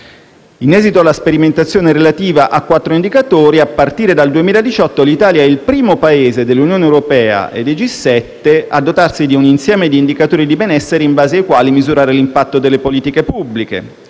In esito alla sperimentazione relativa a quattro indicatori, a partire dal 2018 l'Italia è il primo Paese dell'Unione europea e del G7 a dotarsi di un insieme di indicatori di benessere in base ai quali misurare l'impatto delle politiche pubbliche,